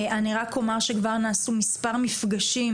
אני רק אומר שכבר נעשו מספר מפגשים,